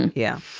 and yeah.